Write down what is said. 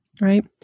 right